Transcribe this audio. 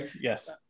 Yes